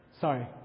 Sorry